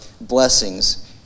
blessings